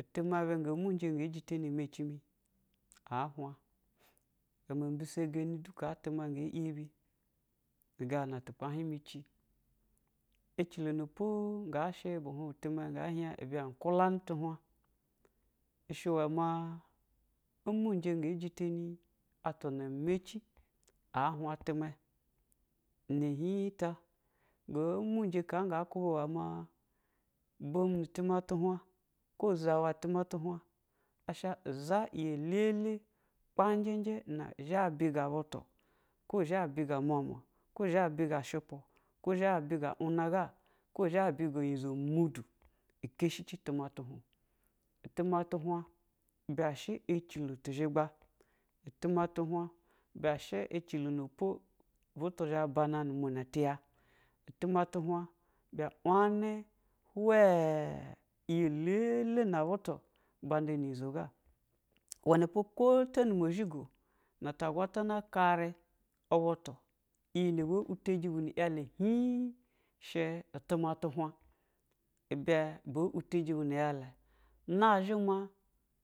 itimɛ suga munjɛ gɛ jitɛni ɛmɛci mi á hwan, mbisɛgɛni du ga itɛmɛ nga ɛbi du gana tu kpahin mu chi ɛchilo na po nga sha bu itɛmɛ nga lian ibɛ kwan th hwu, i sha i wɛ ma umuujɛ nga jitɛni atwa maci a hwn itimɛ, nɛ liig ta nga mujɛ ka nga kuba i wɛ ma ngondu itimɛ tu hwn, ko zawa timɛ tu hwn asha iyi lɛlɛ kpanjɛ njɛ na zha biga butu, ko zha bisa mua mua zha bisa shupu, ko zha ibiga hwn a ga, ko zha bisa yinzomudu ɛkɛshi chi itimɛ tu hwno, itimɛ tu hwn, itimɛ tu hwn. Ibɛ shɛ achilo tu zhigbe, itimɛ tu hwn, ibɛ shɛ achilo nuo po butu zha bana nu munɛ tiya, itimɛ tu hwn, ibɛ uni hwn yi lɛlɛ butu ba nda njizo i wɛ nɛ po, ko ta nu oziso na taagwatana kara butu iyi na bu utzji bu nɛ i ɛle nazhɛ.